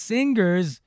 Singers